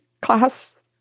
class